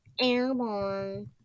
Airborne